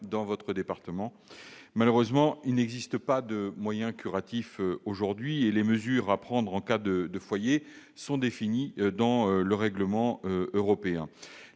dans votre département. Malheureusement, il n'existe pas de moyen curatif aujourd'hui. Les mesures à prendre en cas d'apparition de foyer sont définies dans le règlement européen.